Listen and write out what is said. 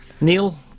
Neil